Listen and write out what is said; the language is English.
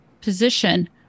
position